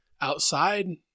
outside